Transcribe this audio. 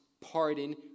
pardon